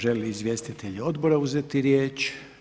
Želi li izvjestitelj Odbora uzeti riječ?